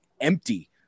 empty